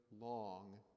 long